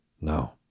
no